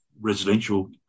residential